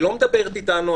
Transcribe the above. היא לא מדברת אתנו,